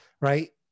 right